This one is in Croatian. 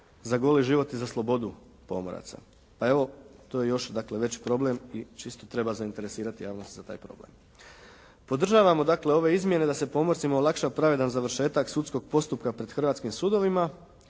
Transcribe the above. za goli život i za slobodu pomoraca. A evo to je još dakle veći problem i čisto treba zainteresirati javnost za taj problem. Podržavamo dakle ove izmjene da se pomorcima olakša pravedan završetak sudskog postupka pred hrvatskim sudovima